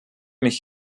mich